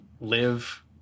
live